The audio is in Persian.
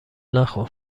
نخور